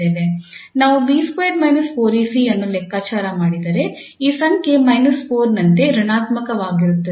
ನಾವು 𝐵2 − 4𝐴𝐶 ಅನ್ನು ಲೆಕ್ಕಾಚಾರ ಮಾಡಿದರೆ ಈ ಸಂಖ್ಯೆ −4 ನಂತೆ ಋಣಾತ್ಮಕವಾಗಿರುತ್ತದೆ